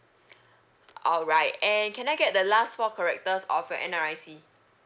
alright and can I get the last four characters of your N_R_I_C